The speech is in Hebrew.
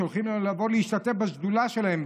שולחים לנו לבוא להשתתף בשדולה שלהם,